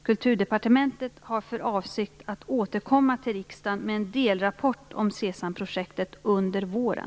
Kulturdepartementet har för avsikt att återkomma till riksdagen med en delrapport om SESAM projektet under våren.